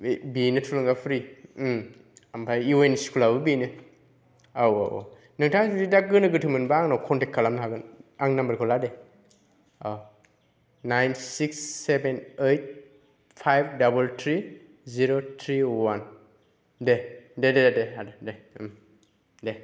बेनो थुलुंगाफुरि उम ओमफ्राय इउएन स्कुलाबो बेनो औ औ औ नोंथाङा जुदि दा गोनो गोथो मोनबा आंनाव कन्टेक्ट खालामनो हागोन आंनि नाम्बारखौ ला दे औ nine six seven eight five double three zero three one दे दे दे दे आदा दे उम दे